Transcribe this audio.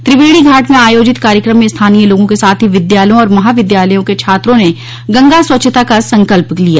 त्रिवेणी घाट में आयोजित कार्यक्रम में स्थानीय लोगों के साथ ही विद्यालयों और महाविद्यालय के छात्रों ने गंगा स्वच्छता का संकल्प लिया